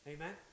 Amen